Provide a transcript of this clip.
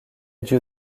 dieu